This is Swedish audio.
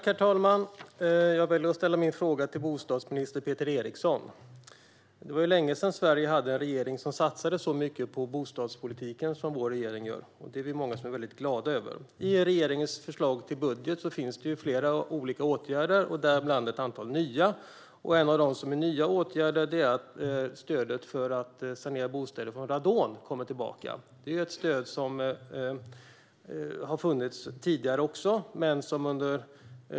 Herr talman! Jag väljer att ställa min fråga till bostadsminister Peter Eriksson. Det var länge sedan Sverige hade en regering som satsade så mycket på bostadspolitiken som vår regering gör. Det är vi många som är väldigt glada över. I regeringens förslag till budget finns flera olika åtgärder, däribland ett antal nya. En av de nya åtgärderna är att stödet för att sanera bostäder från radon kommer tillbaka. Det är ett stöd som har funnits även tidigare.